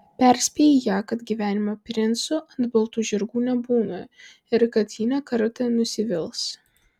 perspėji ją kad gyvenime princų ant baltų žirgų nebūna ir kad ji ne kartą nusivils